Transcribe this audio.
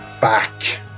back